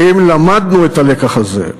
האם למדנו את הלקח הזה?